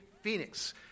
Phoenix